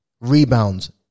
Rebounds